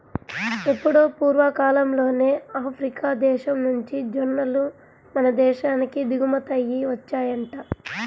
ఎప్పుడో పూర్వకాలంలోనే ఆఫ్రికా దేశం నుంచి జొన్నలు మన దేశానికి దిగుమతయ్యి వచ్చాయంట